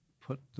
put